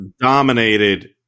dominated